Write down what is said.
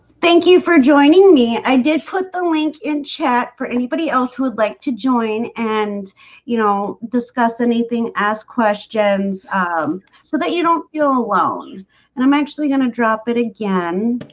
thank you for joining me i did put the link in chat for anybody else who would like to join and you know discuss anything ask questions um so that you don't feel alone and i'm actually gonna drop it again